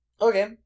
okay